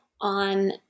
on